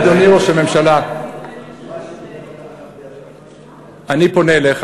אדוני ראש הממשלה, אני פונה אליך